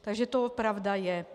Takže to pravda je.